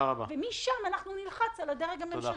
ומשם אנחנו נלחץ על הדרג הממשלתי.